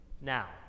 now